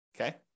Okay